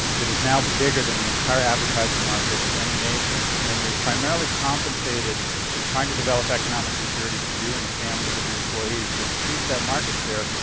that is now bigger than the entire advertising market of any nation, and you're primarily compensated and trying to develop economic security for you and the families of your employees, to increase that market share,